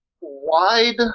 wide